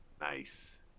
Nice